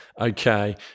Okay